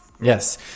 Yes